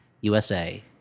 USA